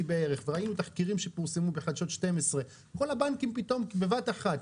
בערך וראינו תחקירים שנעשו בחדשות ערוץ 12-כל הבנקים פתאום בבת אחת,